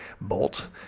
Bolt